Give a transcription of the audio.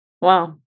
wow